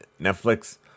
Netflix